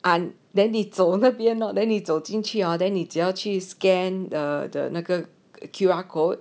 ah and then 走那边 not then 你走进去 order then 你只要去 scan the Q_R code